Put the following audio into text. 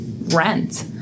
rent